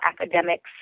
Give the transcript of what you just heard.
academics